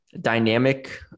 dynamic